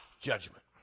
judgment